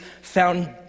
found